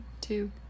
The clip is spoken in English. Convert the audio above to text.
two